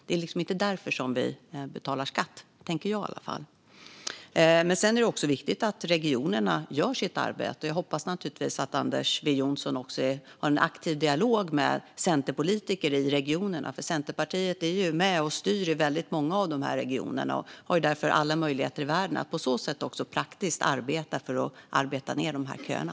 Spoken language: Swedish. Det är inte därför som vi betalar skatt, tänker i varje fall jag. Sedan är det också viktigt att regionerna gör sitt arbete. Jag hoppas naturligtvis att Anders W Jonsson har en aktiv dialog med centerpolitiker i regionerna. Centerpartiet är med och styr i väldigt många av regionerna och har därför alla möjligheter i världen att på så sätt praktiskt arbeta ned köerna.